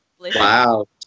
Wow